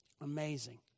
Amazing